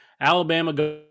alabama